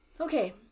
Okay